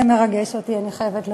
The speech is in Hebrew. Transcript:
זה מרגש אותי, אני חייבת להודות.